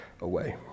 away